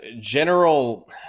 General